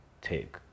take